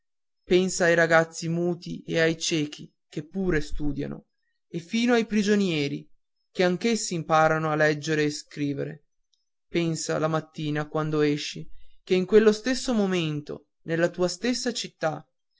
pensa ai ragazzi muti e ciechi che pure studiano e fino ai prigionieri che anch'essi imparano a leggere e a scrivere pensa la mattina quando esci che in quello stesso momento nella tua stessa città